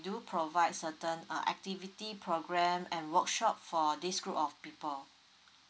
do provide certain uh activity program and workshop for this group of people